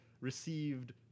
received –